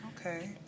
Okay